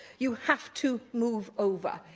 you have to move over,